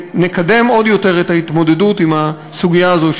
ונקדם עוד יותר את ההתמודדות עם הסוגיה הזאת,